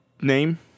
name